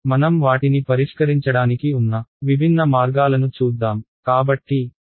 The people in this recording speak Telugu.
కాబట్టి మనం వాటిని టెక్నిక్స్ అని పిలుస్తాము